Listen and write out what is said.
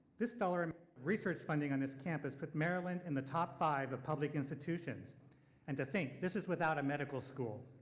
this dollar um research funding on this campus put maryland in the top five of public institutions and to think this is without a medical school.